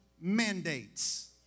mandates